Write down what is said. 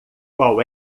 qual